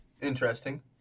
Interesting